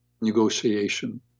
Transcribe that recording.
negotiation